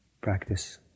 practice